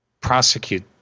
prosecute